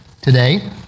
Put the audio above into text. today